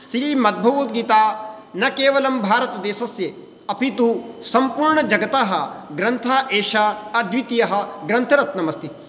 श्रीमद्भगवद्गीता न केवलं भारत देशस्य अपि तु सम्पूर्ण जगतः ग्रन्थः एषा अद्वितीयः ग्रन्थरत्नमस्ति